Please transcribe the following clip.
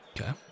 Okay